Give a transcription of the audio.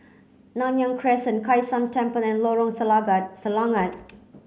Nanyang Crescent Kai San Temple and Lorong Selangat